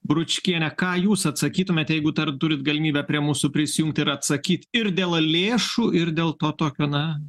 bručkienė ką jūs atsakytumėt jeigu dar turit galimybę prie mūsų prisijungt ir atsakyt ir dėl lėšų ir dėl to tokio na